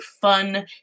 fun